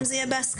אם זה יהיה בהסכמה.